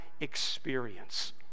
experience